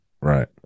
right